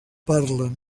parlen